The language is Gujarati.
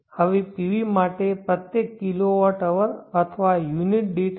હવે PV માટે પ્રત્યેક kWH અથવા યુનિટ દીઠ રૂ